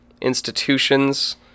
institutions